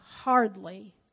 hardly